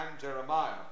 Jeremiah